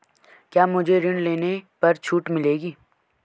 क्या मुझे ऋण लेने पर छूट मिलेगी?